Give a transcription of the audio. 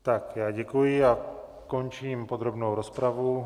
Tak já děkuji a končím podrobnou rozpravu.